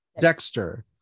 Dexter